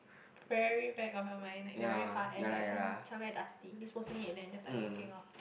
very back of your mind like the very far end like some somewhere dusty disposing then just like walking off